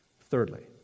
Thirdly